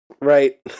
Right